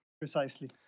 Precisely